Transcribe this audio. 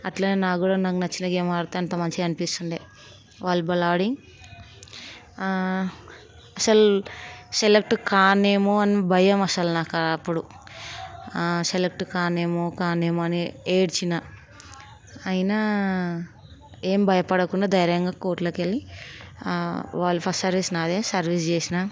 అట్లనే నాకు కూడా నాకు నచ్చిన గేమ్ ఆడితే అంత మంచిగా అనిపిస్తుండే వాలీబాల్ ఆడి అసలు సెలెక్ట్ కానేమో అని భయం అసలు నాకు అప్పుడు సెలెక్ట్ కానేమో కానేమో అని ఏడ్చిన అయినా ఏం భయపడకుండా ధైర్యంగా కోర్ట్లోకెళ్ళి బాల్ ఫస్ట్ సర్వీస్ నాదే సర్వీస్ చేసిన